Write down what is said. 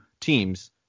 teams